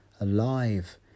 alive